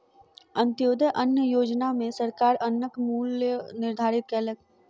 अन्त्योदय अन्न योजना में सरकार अन्नक मूल्य निर्धारित कयलक